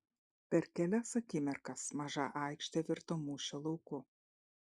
per kelias akimirkas maža aikštė virto mūšio lauku